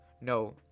No